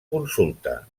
consulta